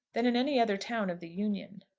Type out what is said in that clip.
than in any other town of the union.